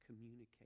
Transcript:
communicate